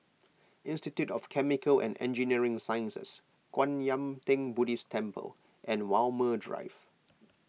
Institute of Chemical and Engineering Sciences Kwan Yam theng Buddhist Temple and Walmer Drive